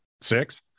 six